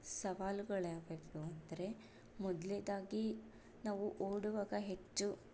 ಸವಾಲುಗಳು ಯಾವ್ಯಾವುಗಳೆಂದ್ರೆ ಮೊದಲ್ನೇದಾಗಿ ನಾವು ಓಡುವಾಗ ಹೆಚ್ಚು